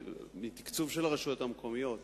מתקצוב של הרשויות המקומיות